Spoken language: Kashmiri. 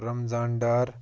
رمضان ڈار